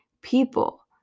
people